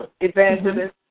Evangelist